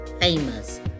famous